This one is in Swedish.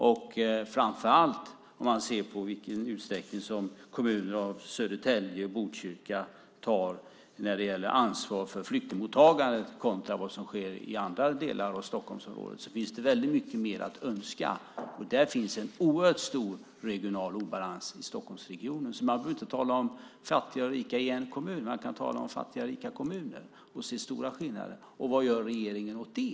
Det gäller framför allt om man ser på i vilken utsträckning som kommuner som Södertälje och Botkyrka tar ansvar för flyktingmottagandet kontra vad som sker i andra delar av Stockholmsområdet. Där finns det väldigt mycket mer att önska. Det finns en oerhört stor regional obalans i Stockholmsregionen. Man behöver inte tala om fattiga och rika i en kommun. Man kan tala om fattiga och rika kommuner och se stora skillnader. Vad gör regeringen åt det?